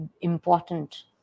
important